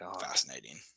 fascinating